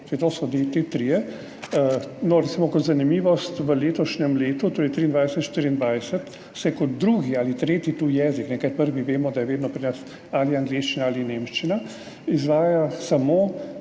To so ti trije. Kot zanimivost, v letošnjem letu, torej 2023/2024, se kot drugi ali tretji tuji jezik, ker prvi vemo, da je vedno pri nas ali angleščina ali nemščina, izvaja samo